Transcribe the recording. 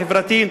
החברתי,